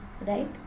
right